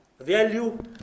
Value